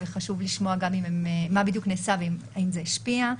וחשוב לשמוע מה בדיוק נעשה והאם זה השפיע,